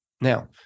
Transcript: Now